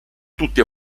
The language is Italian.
tutti